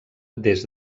des